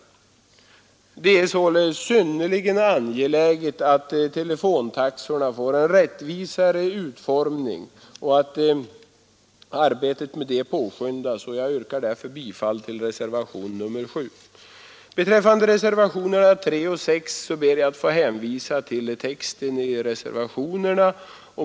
Det är således synnerligen angeläget att telefontaxorna får en rättvisare utformning och att arbetet med det påskyndas. Jag yrkar därför bifall till reservationen 7. Beträffande reservationerna 3 och 6 ber vi att få hänvisa till texten i reservationerna.